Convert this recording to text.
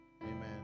Amen